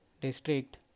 District